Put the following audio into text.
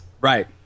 Right